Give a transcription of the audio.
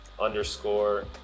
underscore